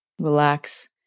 Relax